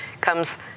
comes